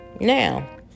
Now